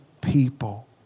people